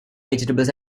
vegetables